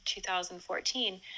2014